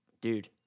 Dude